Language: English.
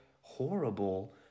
horrible –